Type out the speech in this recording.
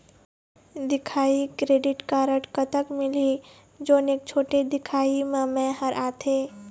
दिखाही credit card कतक मिलही जोन एक छोटे दिखाही म मैं हर आथे?